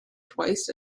twice